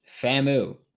FAMU